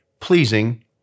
Pleasing